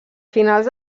finals